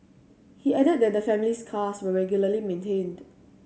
he added that the family's cars were regularly maintained